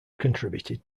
contributed